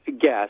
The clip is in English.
Guess